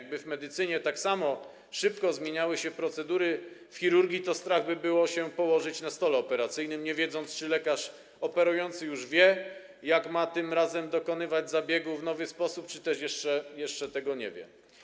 Gdyby w medycynie tak samo szybko zmieniały się procedury w chirurgii, to strach byłoby się położyć na stole operacyjnym, nie wiedząc, czy lekarz operujący już wie, jak ma tym razem dokonywać zabiegu w nowy sposób, czy też jeszcze tego nie wie.